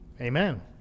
amen